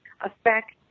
affect